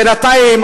בינתיים,